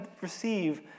receive